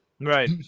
right